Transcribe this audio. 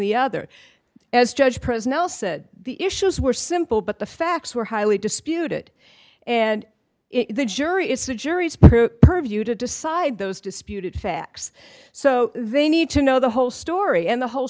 the other as judge pres nel said the issues were simple but the facts were highly disputed and the jury is a jury spare purview to decide those disputed facts so they need to know the whole story and the whole